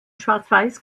schwarzweiß